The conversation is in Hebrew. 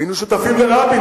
היינו שותפים לרבין,